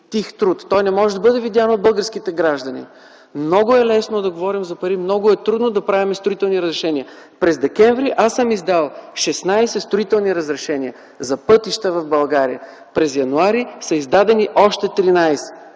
тих труд. Той не може да бъде видян от българските граждани. Много е лесно да говорим за пари, много е трудно да правим строителни разрешения. През месец декември миналата година съм издал 16 строителни разрешения за пътища в България. През месец януари тази година са издадени още 13